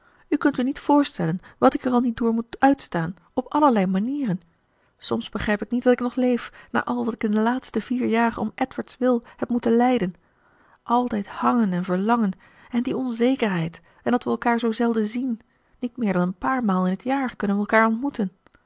u kunt u niet voorstellen wat ik er al niet door moet uitstaan op allerlei manieren soms begrijp ik niet dat ik nog leef na al wat ik in de laatste vier jaar om edward's wil heb moeten lijden altijd hangen en verlangen en die onzekerheid en dat we elkaar zoo zelden zien niet meer dan een paar maal in t jaar kunnen we elkaar ontmoeten